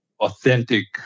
authentic